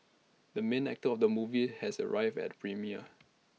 the main actor of the movie has arrived at premiere